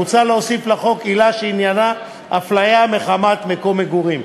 מוצע להוסיף לחוק עילה שעניינה הפליה מחמת מקום מגורים.